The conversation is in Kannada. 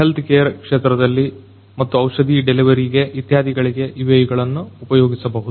ಹೆಲ್ತ್ ಕೇರ್ ಕ್ಷೇತ್ರದಲ್ಲಿ ಮತ್ತು ಔಷಧಿ ಡೆಲಿವರಿ ಗೆ ಇತ್ಯಾದಿಗಳಿಗೆ UAV ಗಳನ್ನು ಉಪಯೋಗಿಸಬಹುದು